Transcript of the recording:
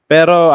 Pero